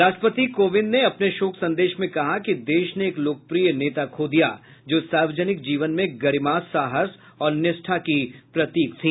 राष्ट्रपति कोविंद ने अपने शोक संदेश में कहा कि देश ने एक लोकप्रिय नेता खो दिया जो सार्वजनिक जीवन में गरिमा साहस और निष्ठा की प्रतीक थी